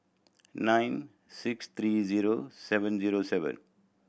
nine six three zero seven zero seven